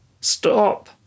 stop